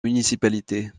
municipalités